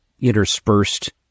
interspersed